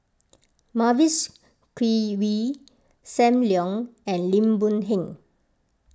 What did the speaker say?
Mavis Khoo Oei Sam Leong and Lim Boon Heng